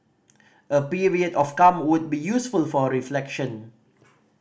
a period of calm would be useful for reflection